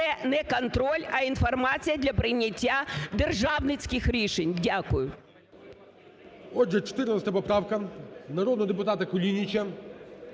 це не контроль, а інформація для прийняття державницьких рішень. Дякую. ГОЛОВУЮЧИЙ. Отже, 14 поправка народного депутата Кулініча